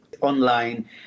online